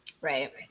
Right